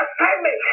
assignment